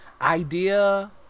idea